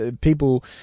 people